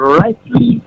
rightly